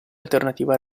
alternativa